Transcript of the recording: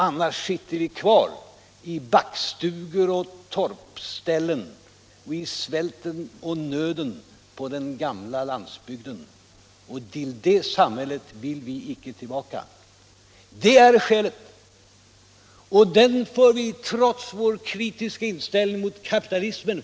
Annars hade vi suttit kvar i backstugor och torp, i svälten och nöden på den gamla landsbygden. Och det samhället vill vi icke tillbaka till. Det är skälet, och den politiken för vi trots vår kritiska inställning till kapitalismen.